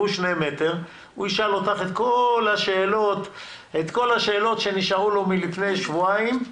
והוא ישאל אותך את כל השאלות שנשארו לו מלפני שבועיים.